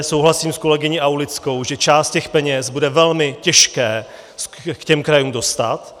Souhlasím s kolegyní Aulickou, že část těch peněz bude velmi těžké k těm krajům dostat.